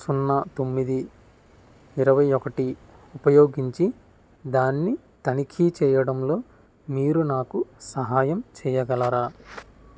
సున్నా తొమ్మిది ఇరవై ఒకటి ఉపయోగించి దాన్ని తనిఖీ చెయ్యడంలో మీరు నాకు సహాయం చెయ్యగలరా